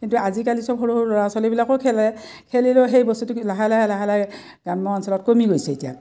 কিন্তু আজিকালি চব সৰু সৰু ল'ৰা ছোৱালীবিলাকো খেলে খেলিলেও সেই বস্তুটো লাহে লাহে লাহে লাহে গ্ৰাম্য অঞ্চলত কমি গৈছে এতিয়া